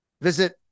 Visit